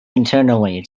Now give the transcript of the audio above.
internally